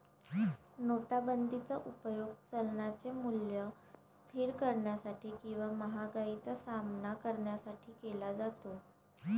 नोटाबंदीचा उपयोग चलनाचे मूल्य स्थिर करण्यासाठी किंवा महागाईचा सामना करण्यासाठी केला जातो